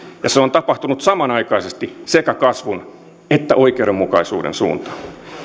ja se on tapahtunut samanaikaisesti sekä kasvun että oikeudenmukaisuuden suuntaan